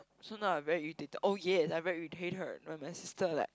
so now I'm very irritated oh yea I'm very irritated when my sister like